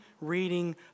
reading